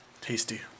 tasty